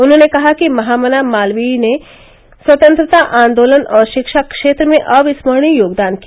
उन्होंने कहा कि महामना मालवीय ने स्वतंत्रता आंदोलन और शिक्षा क्षेत्र में अविस्मरणीय योगदान किया